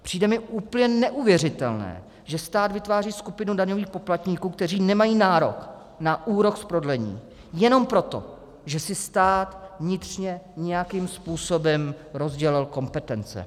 Přijde mi úplně neuvěřitelné, že stát vytváří skupinu daňových poplatníků, kteří nemají nárok na úrok z prodlení jenom proto, že si vnitřně nějakým způsobem rozdělil kompetence.